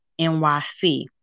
NYC